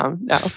no